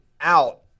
out